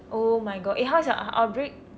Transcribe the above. oh my god eh how's your outbreak